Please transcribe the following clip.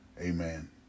Amen